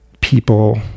people